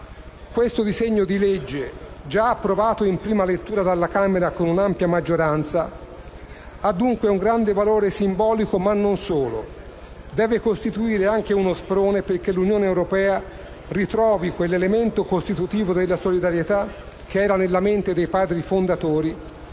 Questo disegno di legge, già approvato in prima lettura dalla Camera con un'ampia maggioranza, ha un grande valore simbolico, ma non solo: deve costituire anche uno sprone perché l'Unione europea ritrovi quell'elemento costitutivo della solidarietà che era nella mente dei Padri fondatori,